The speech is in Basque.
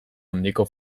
handiko